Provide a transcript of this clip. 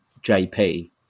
JP